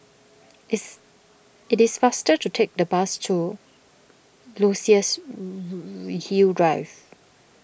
it's it is faster to take the bus to Luxus Hill Drive